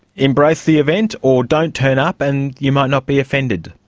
embrace the event, or don't turn up and you might not be offended'?